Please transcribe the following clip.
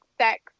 sex